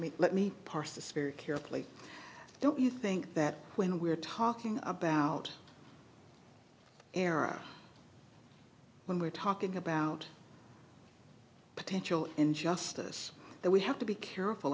spirit carefully don't you think that when we're talking about era when we're talking about potential injustice that we have to be careful